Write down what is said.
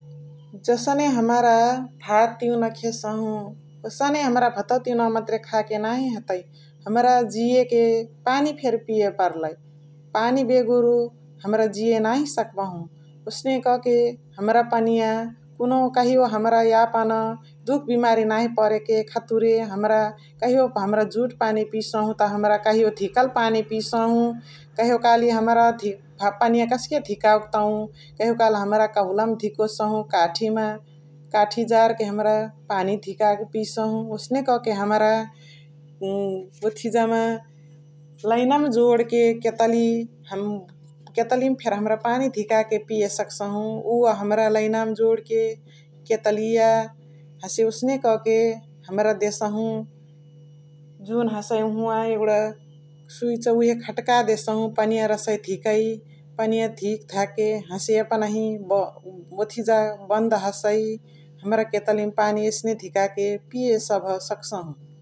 जसने हमरा भात तिउना खेसहु ओसने हमरा भात तिउना मतरे खाके नाही हतइ । हमरा जियके पानी फेरी पिय पर्लइ । पानी बेगुरु हमरा जिय नाही सक्बहु ओसने क के हमरा पनिया कुनुहु कहियो हमरा यापन दुख बिमारी नाही परके खतुरे हमरा कहियो हमरा जुद पानी पिसहु त, कहियो हमरा धिकल पानी पिसहु, कहियोकाली त हमरा पनिया कस्के धिकाउ के तौ कहियोकाली त हमरा कहुला मा धिकोसहु काटी मा काटी जार के हमरा पानी धिका के पिसहु ओसने क के हमरा ओथिजा मा लइना मा जोड के केतली । केतली मा फेरी हमरा पानी धिका के पिए सक्सहु उव हमरा लइनावा मा जोड के केतली हसने ओसने क के हमरा देसहु । जुन हसइ उहुवा यगुडा सुइछ ख्ट्का देसहु पनिया रह्सइ धिकइ पनिया धिक धाक के हसे यापनही ओथिजा बन्धा हसइ हमरा केतलिया मा पानी एसने धिका पिय सक्सहु ।